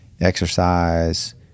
exercise